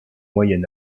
moyen